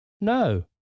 no